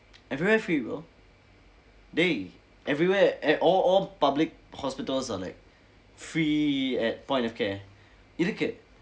everywhere free bro dey everywhere at all all public hospitals are like free at point of care இருக்கு:irukku